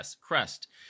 crust